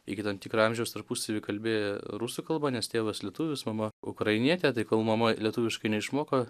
iki tam tikro amžiaus tarpusavy kalbėjo rusų kalba nes tėvas lietuvis mama ukrainietė tai kol mama lietuviškai neišmoko